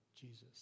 Jesus